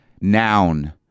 Noun